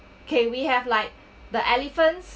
can we have like the elephants